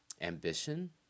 ambition